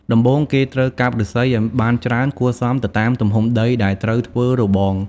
ដំបូងគេត្រូវកាប់ឬស្សីឱ្យបានច្រើនគួរសមទៅតាមទំហំដីដែលត្រូវធ្វើរបង។